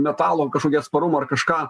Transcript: metalo kašokį atsparumą ar kažką